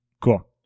Cool